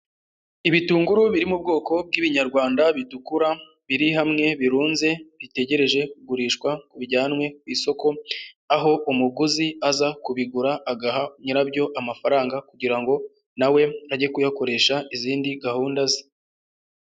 Ibitunguru biri mu bwoko bw'Ibinyarwanda bitukura, biri hamwe birunze, bitegereje kugurishwa, ngo bijyanwe ku isoko, aho umuguzi aza kubigura agaha nyirabyo amafaranga kugira ngo na we ajye kuyakoresha izindi gahunda ze.